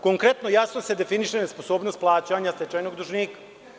Konkretno jasno se definiše nesposobnost plaćanja stečajnog dužnika.